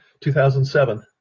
2007